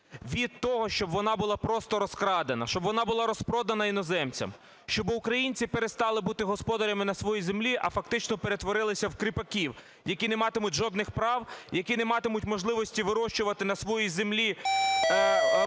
від того, щоб вона була просто розкрадена, щоб вона була розпродана іноземцям, щоб українці перестали бути господарями на своїй землі, а фактично перетворилися в кріпаків, які не матимуть жодних прав, які не матимуть можливості вирощувати на своїй землі